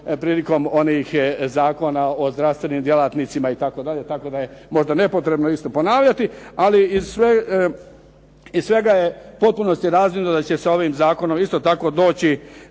prilikom onih zakona o zdravstvenim djelatnicima itd. tako da je možda nepotrebno isto ponavljati ali iz svega je u potpunosti razvidno da će se ovim zakonom isto tako doći